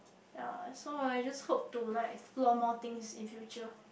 ya so I just hope to like explore more things in future